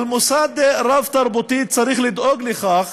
אבל מוסד רב-תרבותי צריך לדאוג לכך